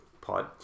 pod